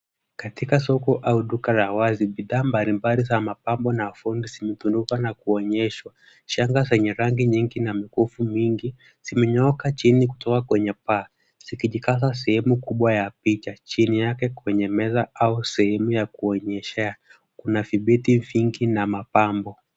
Katika soko au duka la wazi bidhaa mbalimbali za mapambo na ufundi vime tunuka na kuonyeshwa. Shanga zenye rangi nyingi na mifupi mingi zimenyooka chini kutoa kwenye paa, zikijikaza sehemu kubwa ya picha chini yake kwenye meza au sehemu ya kuonyesha yake, kuna vibiti vingi na mapambo.